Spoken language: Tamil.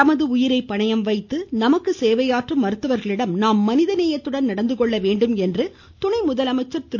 தமது உயிரை பணயம் வைத்து நமக்கு சேவையாற்றும் மருத்துவர்களிடம் நாம் மனிதநேயத்துடன் நடக்க வேண்டும் என்று துணை முதலமைச்சர் திரு